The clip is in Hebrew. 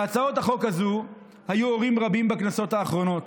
להצעת החוק הזו היו הורים רבים בכנסות האחרונות.